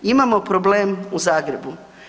Imamo problem u Zagrebu.